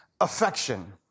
affection